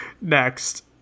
Next